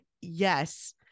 yes